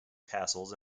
castles